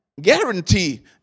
Guarantee